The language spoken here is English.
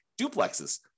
duplexes